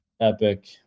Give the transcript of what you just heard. epic